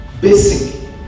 Basic